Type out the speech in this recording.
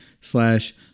slash